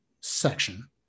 section